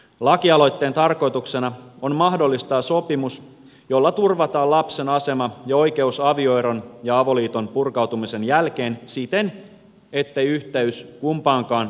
lakialoitteen tarkoituksena on mahdollistaa sopimus jolla turvataan lapsen asema ja oikeus avioeron ja avoliiton purkautumisen jälkeen siten ettei yhteys kumpaankaan vanhempaan katkea